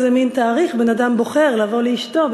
איזה מין תאריך בן-אדם בוחר לבוא לאשתו,